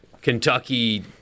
Kentucky